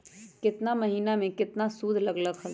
केतना महीना में कितना शुध लग लक ह?